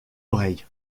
oreilles